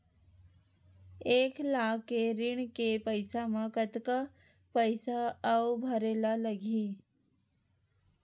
एक लाख के ऋण के पईसा म कतका पईसा आऊ भरे ला लगही?